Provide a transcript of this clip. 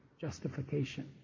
justification